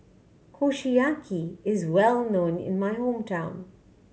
Kushiyaki is well known in my hometown